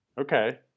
okay